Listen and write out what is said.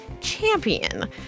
champion